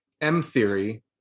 M-theory